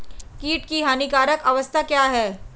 कीट की हानिकारक अवस्था क्या है?